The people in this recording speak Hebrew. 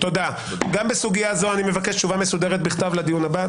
גם בסוגיה זו אני מבקש תשובה מסודרת בכתב לדיון הבא.